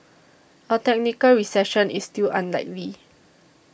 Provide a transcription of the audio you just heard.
a technical recession is still unlikely